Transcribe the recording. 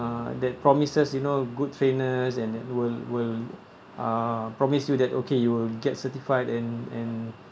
uh that promises you know good trainers and will will uh promise you that okay you will get certified and and